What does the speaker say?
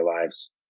lives